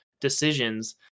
decisions